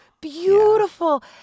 beautiful